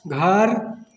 घर